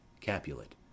Capulet